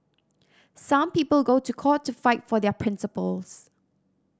some people go to court to fight for their principles